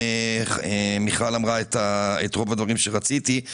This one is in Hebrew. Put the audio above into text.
מה גם שמיכל אמרה את רוב הדברים שרציתי לומר.